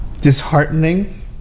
disheartening